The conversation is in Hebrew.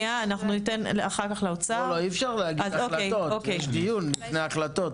יש דיון לפני החלטות.